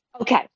Okay